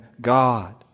God